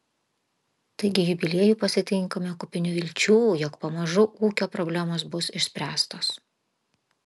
taigi jubiliejų pasitinkame kupini vilčių jog pamažu ūkio problemos bus išspręstos